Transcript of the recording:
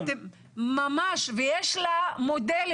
ויש לה מודלים,